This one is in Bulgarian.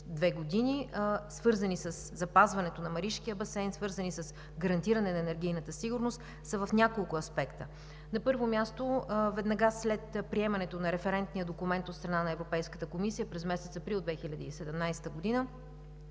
две години, свързани със запазването на Маришкия басейн, свързани с гарантиране на енергийната сигурност, са в няколко аспекта. На първо място, веднага след приемането на Референтния документ от страна на Европейската комисия през месец април 2017 г.